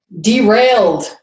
derailed